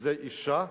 זה אשה,